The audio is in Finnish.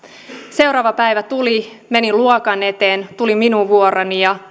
seuraava päivä tuli menin luokan eteen tuli minun vuoroni ja